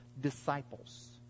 disciples